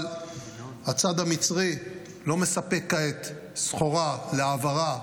אבל הצד המצרי לא מספק כעת סחורה להעברה,